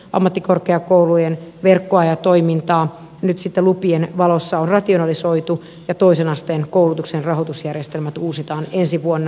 ammattikorkeakoulujen verkkoa ja toimintaa nyt sitten lupien valossa on rationalisoitu ja toisen asteen koulutuksen rahoitusjärjestelmät uusitaan ensi vuonna